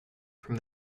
from